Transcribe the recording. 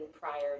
prior